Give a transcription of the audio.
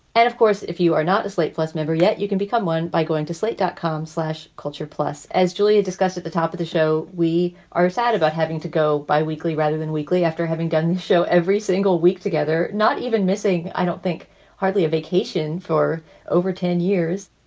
and of course, if you are not a slate plus member yet, you can become one by going to slate dot com slash culture. plus, as julia discussed at the top of the show, we are sad about having to go biweekly, weekly rather than weekly after having done the show every single week together, not even missing. i don't think hardly a vacation for over ten years.